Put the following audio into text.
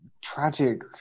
tragic